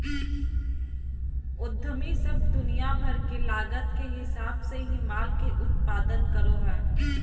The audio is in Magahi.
उद्यमी सब दुनिया भर के लागत के हिसाब से ही माल के उत्पादन करो हय